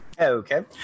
okay